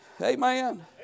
Amen